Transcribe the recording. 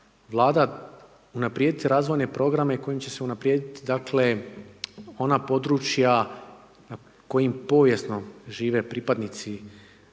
Vlada unaprijediti razvojne programe koji će se unaprijediti dakle ona područja koji povijesno žive, pripadnici